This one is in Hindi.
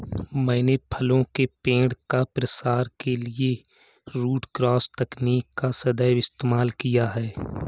मैंने फलों के पेड़ का प्रसार के लिए रूट क्रॉस तकनीक का सदैव इस्तेमाल किया है